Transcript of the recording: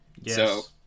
Yes